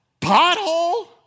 pothole